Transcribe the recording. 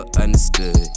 understood